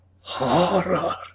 Horror